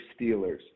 Steelers